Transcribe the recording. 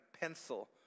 pencil